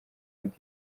n’uko